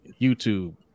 YouTube